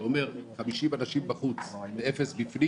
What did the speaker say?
ואומר 50 אנשים בחוץ ואפס בפנים